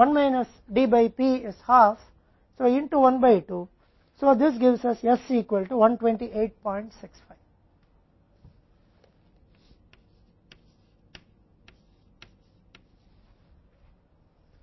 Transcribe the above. इसलिए 1 बाय 2 जो हमें देता है एक्स इक्वल टू 12865 के बराबर है